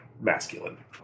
masculine